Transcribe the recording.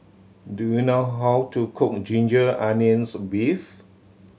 do you know how to cook ginger onions beef